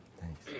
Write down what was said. Thanks